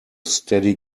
steady